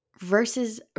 Versus